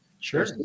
Sure